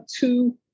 two